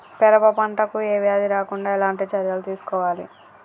పెరప పంట కు ఏ వ్యాధి రాకుండా ఎలాంటి చర్యలు తీసుకోవాలి?